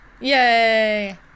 Yay